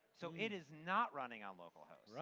so it is not running on local host.